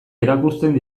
erakusten